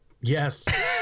Yes